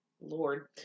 Lord